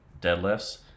deadlifts